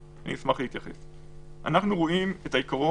אני מבקש להגיע לישיבות עם נתונים ברורים